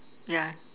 yeah